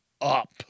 up